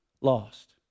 lost